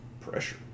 pressure